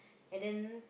and then